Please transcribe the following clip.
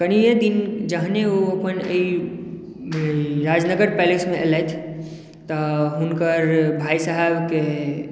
कनीय दिन जहने ओ अपन ई राजनगर पैलेस मे एलैथ तऽ हुनकर भाय साहेबके